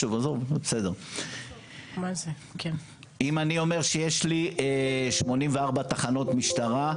אם אני אומר שיש לי 84 תחנות משטרה,